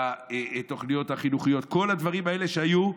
לתוכניות החינוכיות, כל הדברים האלה שהיו.